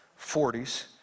40s